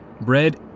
bread